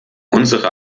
unsere